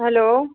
hello